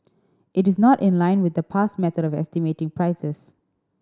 it is not in line with the past method of estimating prices